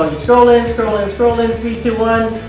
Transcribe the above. scrollin, and scrollin, scrollin, three, two, one,